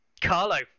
carlo